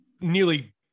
nearly